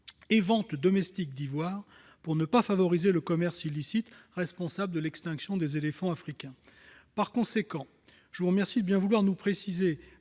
et vente domestique d'ivoire, pour ne pas favoriser le commerce illicite, responsable de l'extinction des éléphants africains. Par conséquent, je vous remercie de bien vouloir nous préciser,